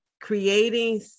creating